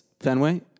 Fenway